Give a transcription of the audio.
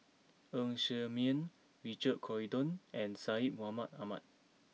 Ng Ser Miang Richard Corridon and Syed Mohamed Ahmed